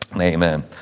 Amen